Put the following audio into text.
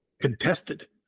contested